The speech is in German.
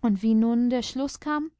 und wie nun der schluß kam